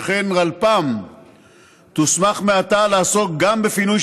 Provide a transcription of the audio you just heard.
שכן הרלפ"מ תוסמך מעתה לעסוק גם בפינוי